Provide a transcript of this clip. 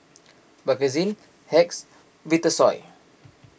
Bakerzin Hacks Vitasoy